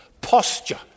posture